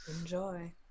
Enjoy